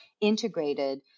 integrated